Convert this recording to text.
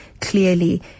clearly